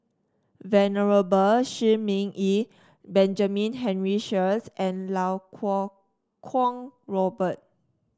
Venerable Shi Ming Yi Benjamin Henry Sheares and Iau Kuo Kwong Robert